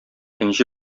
энҗе